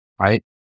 Right